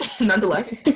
nonetheless